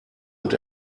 und